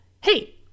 hey